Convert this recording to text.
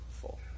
full